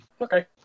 Okay